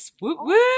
Woo